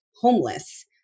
homeless